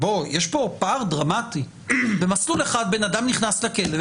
יש פה פער דרמטי במסלול אחד אדם נכנס לכלא,